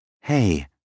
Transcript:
Hey